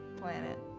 planet